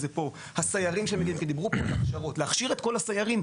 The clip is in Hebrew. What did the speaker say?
זה פה אבל אי אפשר להכשיר את כל הסיירים,